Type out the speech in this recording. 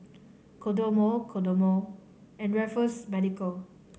Kodomo Kodomo and Raffles Medical